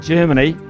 Germany